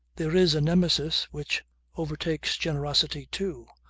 there is a nemesis which overtakes generosity too,